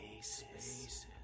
Spaces